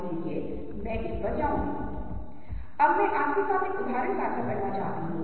जबकि क्रीम जैसे रंग मूड को हल्का करते हैं आपको खुश महसूस करते हैं यही कारण है कि आपके पास धूप है